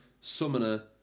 Summoner